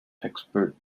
expert